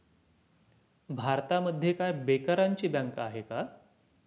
भारतामध्ये काय बेकारांची बँक आहे का?